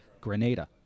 Grenada